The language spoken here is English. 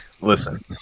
listen